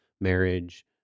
marriage